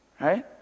right